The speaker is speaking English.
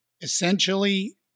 essentially